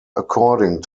according